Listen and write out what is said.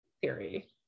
Theory